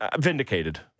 Vindicated